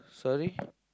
sorry